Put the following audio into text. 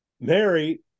Mary